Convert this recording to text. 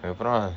அப்புறம்:appuram